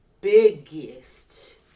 biggest